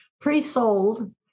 pre-sold